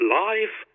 life